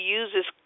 uses